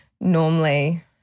normally